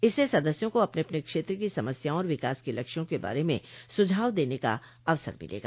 इससे सदस्यों को अपने अपने क्षेत्र की समस्याओं और विकास के लक्ष्यों के बारे में सुझाव देने का अवसर मिलेगा